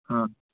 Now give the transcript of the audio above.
हाँ